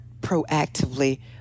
proactively